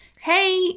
hey